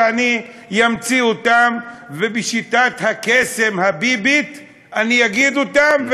אני אמציא אותן ובשיטת הקסם הביבית אני אגיד אותן,